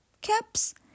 caps